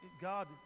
God